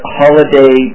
holiday